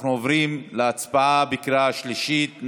אנחנו עוברים להצבעה בקריאה שלישית.